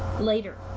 later